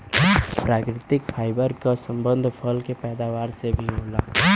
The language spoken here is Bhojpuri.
प्राकृतिक फाइबर क संबंध फल क पैदावार से भी होला